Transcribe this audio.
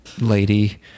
lady